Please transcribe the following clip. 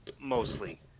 mostly